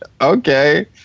okay